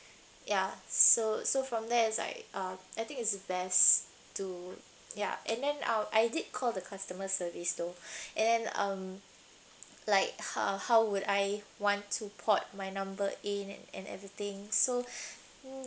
ya so so from there as I uh I think it's best to ya and then our I did call the customer service though and um like how how would I want to port my number in and and everything so